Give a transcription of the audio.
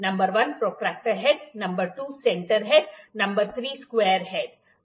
number 1 protractor head number 2 centre head number 3 square head है